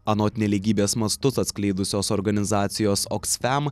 anot nelygybės mastus atskleidusios organizacijos oks fem